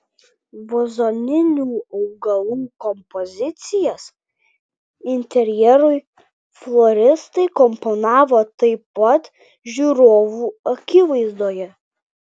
vazoninių augalų kompozicijas interjerui floristai komponavo taip pat žiūrovų akivaizdoje